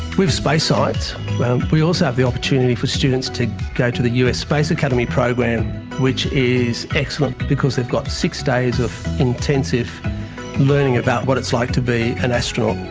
with space science we also have the opportunity for students to go to the us space academy program which is excellent because they've got six days of intensive learning about what it's like to be an astronaut.